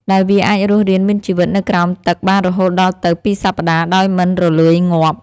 ដែលវាអាចរស់រានមានជីវិតនៅក្រោមទឹកបានរហូតដល់ទៅពីរសប្តាហ៍ដោយមិនរលួយងាប់។